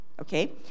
Okay